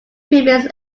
previous